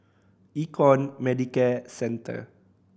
Econ Medicare Centre